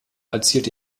erzielte